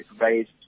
raised